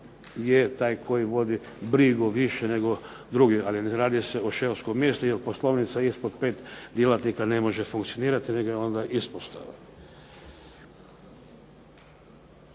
je taj koji vodi brigu o više nego drugi. Ali, ne radi se o šefovskom mjestu jer poslovnica ispod 5 djelatnika ne može funkcionirati nego je onda ispostava.